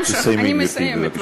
אני מסיימת.